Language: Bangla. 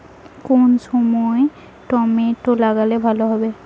কোন সময় টমেটো লাগালে ভালো হবে?